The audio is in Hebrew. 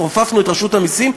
כופפנו את רשות המסים,